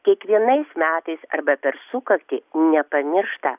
kiekvienais metais arba per sukaktį nepamiršta